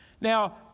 Now